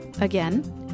again